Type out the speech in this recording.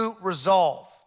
resolve